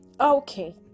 Okay